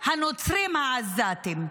הנוצרים העזתים,